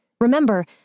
Remember